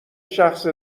شخص